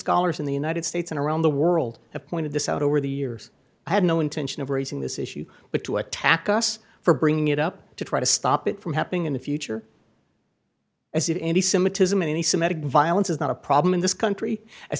scholars in the united states and around the world have pointed this out over the years i had no intention of raising this issue but to attack us for bringing it up to try to stop it from happening in the future as it any similar to so many sematic violence is not a problem in this country as